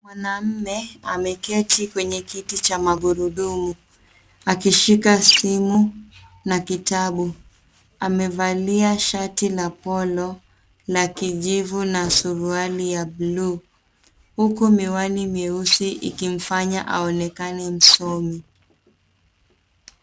Mwanamume ameketi kwenye kiti cha magurudumu akishika simu na kitabu. Amevalia shati la polo la kijivu na suruali ya bluu huku miwani mieusi ikimfanya aonekane msomi.